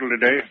today